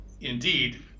indeed